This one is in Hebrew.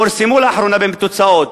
פורסמו לאחרונה תוצאות,